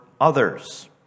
others